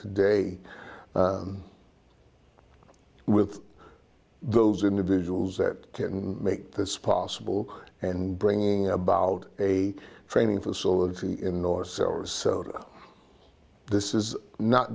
today with those individuals that can make this possible and bringing about a training facility in or sarasota this is not